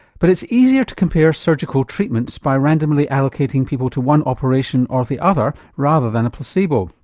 but it's easier to compare surgical treatments by randomly allocating people to one operation or the other, rather than a placebo.